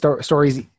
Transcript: stories